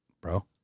bro